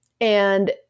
And-